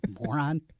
Moron